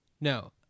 No